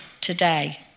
today